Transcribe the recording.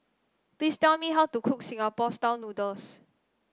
please tell me how to cook Singapore style noodles